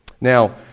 now